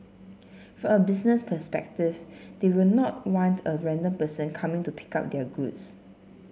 from a business perspective they will not want a random person coming to pick up their goods